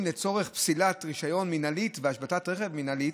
לצורך פסילת רישיון מינהלית והשבתת רכב מינהלית,